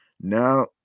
Now